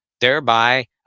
thereby